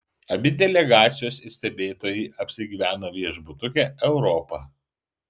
abi delegacijos ir stebėtojai apsigyveno viešbutuke europa